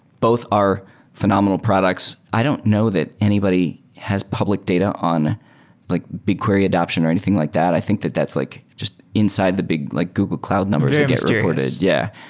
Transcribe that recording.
both are phenomenal products. i don't know that anybody has public data on like bigquery adaption or anything like that. i think that that's like just inside the big like google cloud numbers reported. yeah.